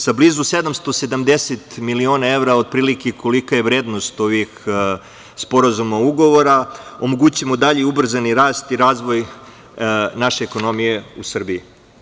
Sa blizu 770 miliona evra, otprilike, kolika je vrednost ovih sporazuma i ugovora, omogućićemo dalji ubrzani rast i razvoj naše ekonomije u Srbiji.